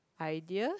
idea